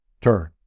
Turn